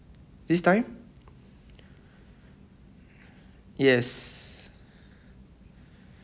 this time yes